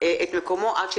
ערב טוב.